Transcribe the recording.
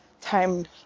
time